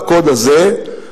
בקוד הזה,